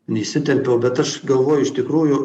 neįsitempiau bet aš galvoju iš tikrųjų